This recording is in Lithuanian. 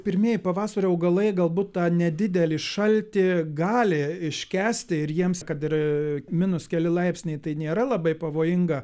pirmieji pavasario augalai galbūt tą nedidelį šaltį gali iškęsti ir jiems kad ir minus keli laipsniai tai nėra labai pavojinga